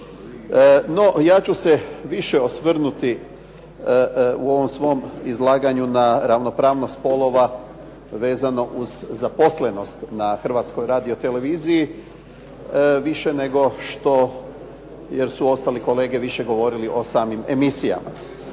No, ja ću se više osvrnuti u izlaganju na ravnopravnost spolova vezano uz zaposlenost na Hrvatskoj radio-televiziji, više nego što, jer su ostali kolege više govorili o samim emisijama.